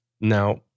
Now